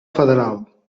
federal